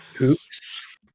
oops